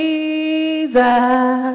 Jesus